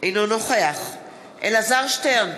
אינו נוכח אלעזר שטרן,